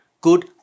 good